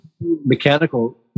mechanical